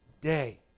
day